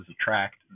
attract